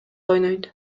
ойнойт